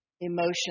emotion